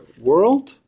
world